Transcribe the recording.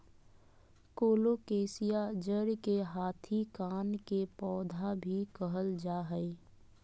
colocasia जड़ के हाथी कान के पौधा भी कहल जा हई